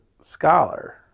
scholar